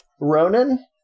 ronan